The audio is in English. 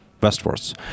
westwards